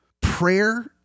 prayer